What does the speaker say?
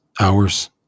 hours